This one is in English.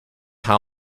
how